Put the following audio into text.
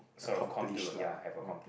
accomplished lah ya